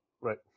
right